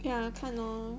ya 看 lor